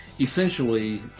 essentially